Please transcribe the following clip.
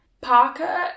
Parker